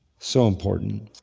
so important.